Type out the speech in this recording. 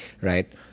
right